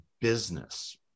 business